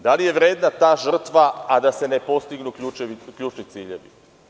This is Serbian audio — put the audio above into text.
Da li je vredna ta žrtva, a da se ne postignu ključni ciljevi?